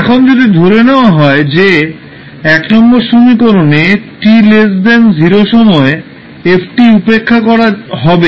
এখন যদি ধরে নেওয়া হয় যে সমীকরণে t 0 সময়ে f উপেক্ষা করা হবে